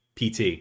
PT